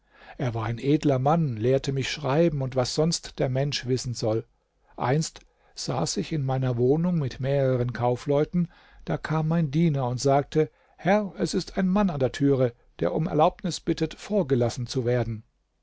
er war ein edler mann lehrte mich schreiben und was sonst der mensch wissen soll einst saß ich in meiner wohnung mit mehreren kaufleuten da kam mein diener und sagte herr es ist ein mann an der türe der um erlaubnis bittet vorgelassen zu werden